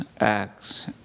acts